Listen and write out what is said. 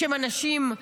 שהם אנשים,